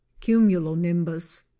cumulonimbus